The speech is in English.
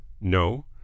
no